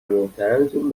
محترمتون